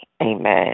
Amen